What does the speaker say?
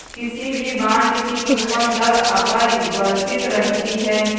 किसी भी बॉन्ड की कूपन दर अपरिवर्तित रहती है